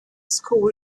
school